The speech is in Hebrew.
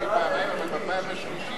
אבל בפעם השלישית זה מי שיוצא,